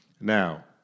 Now